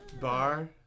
bar